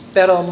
Pero